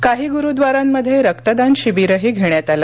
काही गुरुव्दारांमध्ये रक्तदान शिबिरही घेण्यात आलं